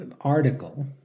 article